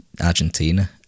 Argentina